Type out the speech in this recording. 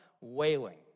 wailing